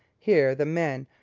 here the men,